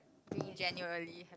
being generally happy